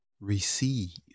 receive